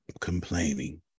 complaining